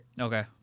Okay